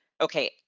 okay